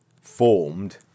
formed